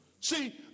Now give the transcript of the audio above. See